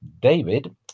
David